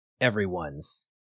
everyone's